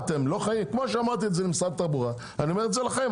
כפי שאני אמרתי למשרד התחבורה, אני אומר לכם.